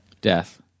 Death